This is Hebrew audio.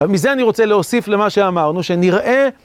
ומזה אני רוצה להוסיף למה שאמרנו, שנראה...